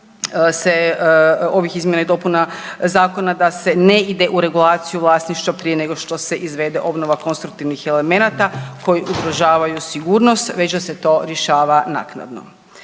se ovih izmjena i dopuna zakona da se ne ide u regulaciju vlasništva prije nego što se izvede obnova konstruktivnih elemenata koji ugrožavaju sigurnost već da se to rješava naknadno.